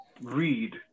Read